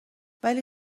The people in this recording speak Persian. ولی